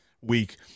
week